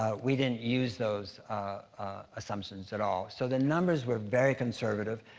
we didn't use those assumptions at all. so the numbers were very conservative.